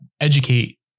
educate